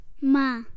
Ma